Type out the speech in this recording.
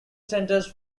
centres